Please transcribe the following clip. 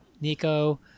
Nico